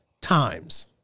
times